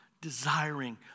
desiring